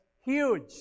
huge